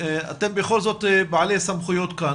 אתם בכל זאת בעלי סמכויות כאן.